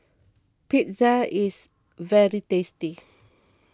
pizza is very tasty